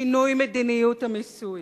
שינוי מדיניות המיסוי,